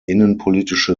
innenpolitische